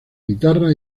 guitarra